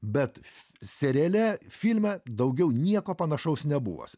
bet seriale filme daugiau nieko panašaus nebuvo